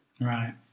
Right